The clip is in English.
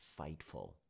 fightful